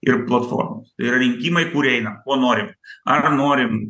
ir platformos tai yra rinkimai kur eina ko nori ar norim